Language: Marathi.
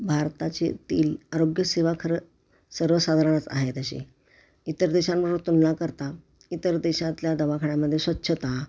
भारताचे येथील आरोग्यसेवा खरं सर्वसाधारणच आहे तशी इतर देशांबरोबर तुलना करता इतर देशांतल्या दवाखान्यांमध्ये स्वच्छता